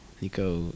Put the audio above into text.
Nico